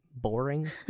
boring